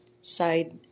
side